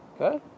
Okay